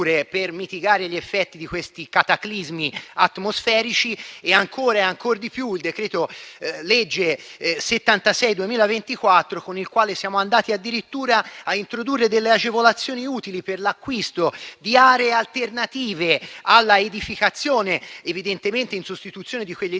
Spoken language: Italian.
per mitigare gli effetti di questi cataclismi atmosferici e, ancora e ancor di più, il decreto-legge n. 76 del 2024, con il quale siamo andati addirittura a introdurre delle agevolazioni utili per l'acquisto di aree alternative per l'edificazione, evidentemente in sostituzione degli edifici